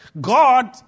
God